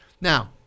Now